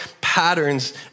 patterns